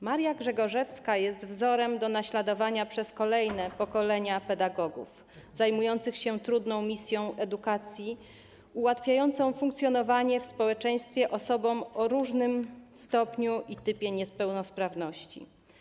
Maria Grzegorzewska jest wzorem do naśladowania dla kolejnych pokoleń pedagogów zajmujących się trudną misją edukacji, ułatwiającą funkcjonowanie w społeczeństwie osobom o różnym stopniu i typie niepełnosprawności.